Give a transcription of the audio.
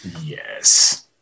Yes